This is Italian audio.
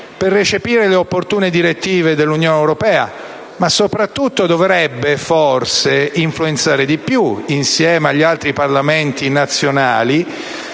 per recepire le opportune direttive dell'Unione europea, ma soprattutto dovrebbe forse influenzare di più, insieme agli altri Parlamenti nazionali,